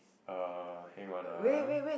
uh hang on ah